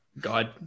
god